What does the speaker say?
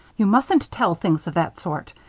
you mustn't tell things of that sort.